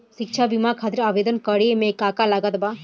शिक्षा बीमा खातिर आवेदन करे म का का लागत बा?